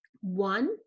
one